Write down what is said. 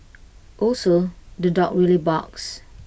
also the dog really barks